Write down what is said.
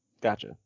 Gotcha